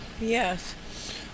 Yes